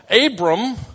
Abram